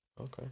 Okay